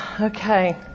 Okay